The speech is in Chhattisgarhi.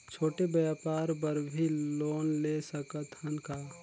छोटे व्यापार बर भी लोन ले सकत हन का?